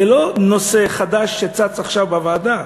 זה לא נושא חדש שצץ עכשיו בוועדה.